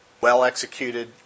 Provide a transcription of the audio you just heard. well-executed